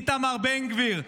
איתמר בן גביר: